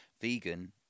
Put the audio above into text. Vegan